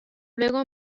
luego